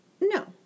No